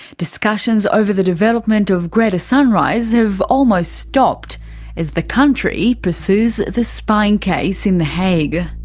discussions over the development of greater sunrise have almost stopped as the country pursues the spying case in the hague.